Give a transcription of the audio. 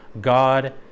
God